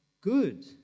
good